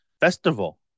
festival